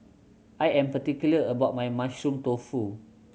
I am particular about my Mushroom Tofu